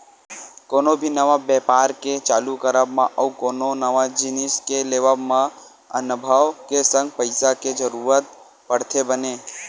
कोनो भी नवा बेपार के चालू करब मा अउ कोनो नवा जिनिस के लेवब म अनभव के संग पइसा के जरुरत पड़थे बने